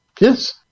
Yes